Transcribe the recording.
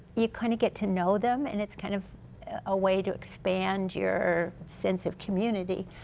you kind of get to know them and it's kind of a way to expand your sense of community.